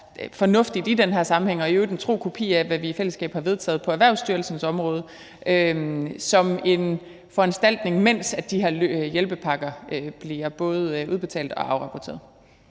fornuftigt i den her sammenhæng, og det er i øvrigt en tro kopi af, hvad vi i fællesskab har vedtaget på Erhvervsstyrelsens område som en foranstaltning, mens de her hjælpepakker bliver både udbetalt og afrapporteret.